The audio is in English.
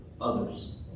others